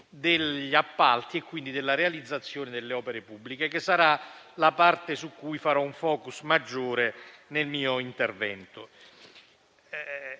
degli appalti, quindi della realizzazione delle opere pubbliche, che sarà la parte su cui farò un *focus* maggiore nel mio intervento.